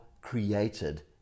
created